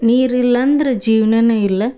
ನೀರು ಇಲ್ಲಂದ್ರೆ ಜೀವನಾನೆ ಇಲ್ಲ